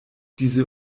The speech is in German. diese